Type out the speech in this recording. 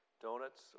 donuts